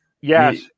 Yes